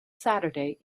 saturday